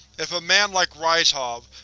if a man like ryzhov,